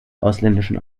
ausländischen